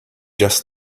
just